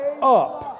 up